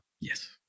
yes